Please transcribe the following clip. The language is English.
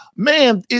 Man